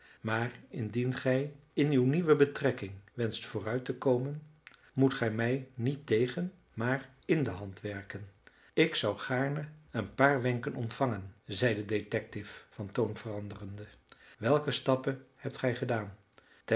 maar indien gij in uw nieuwe betrekking wenscht vooruit te komen moet gij mij niet tegen maar in de hand werken ik zou gaarne een paar wenken ontvangen zeide de detective van toon veranderende welke stappen hebt gij gedaan